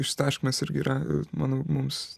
išsitaškymas irgi yra manau mums